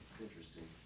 Interesting